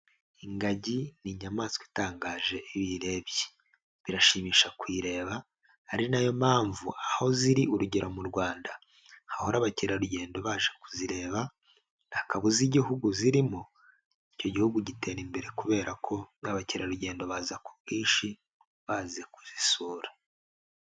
Ingagi ni inyamaswa itangaje iyo uyirebye. Birashimisha kuyireba, ari na yo mpamvu aho ziri urugero mu Rwanda, hahora abakerarugendo baje kuzireba, ntakabuza igihugu zirimo, icyo gihugu gitera imbere kubera ko nk'abakerarugendo baza ku bwinshi, baza kuzisura.